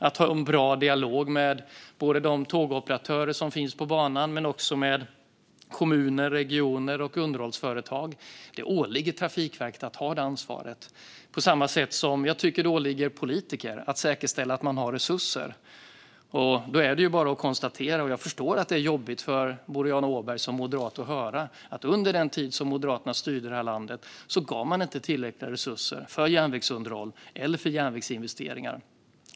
Det ska vara en bra dialog med tågoperatörer på banan och med kommuner, regioner och underhållsföretag. Det åligger Trafikverket att ha det ansvaret. På samma sätt tycker jag att det åligger politiker att säkerställa att det finns resurser. Jag förstår att det är jobbigt för Boriana Åberg att som moderat höra att man under den tid som Moderaterna styrde landet inte gav tillräckliga resurser till järnvägsunderhåll eller järnvägsinvesteringar.